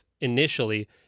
initially